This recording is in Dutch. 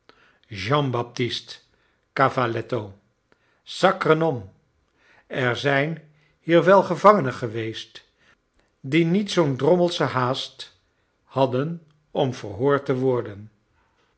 jean baptist cavaletto sacre nom er zijn hier wel gevangenen geweest die niet zoo'n drommelsche haast hadden om verhoord te worden